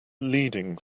leading